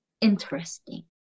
interesting